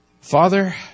Father